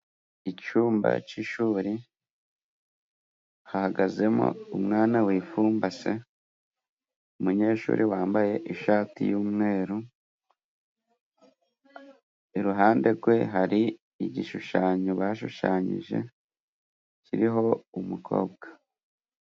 Icumba c'ishuri hahagazemo umwana wifumbase, umunyeshuri wambaye ishati y'umweru iruhande rwe hari igishushanyo bashushanyije kiriho umukobwa.